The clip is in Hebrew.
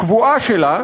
הקבועה שלה,